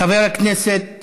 חבר הכנסת